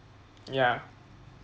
ya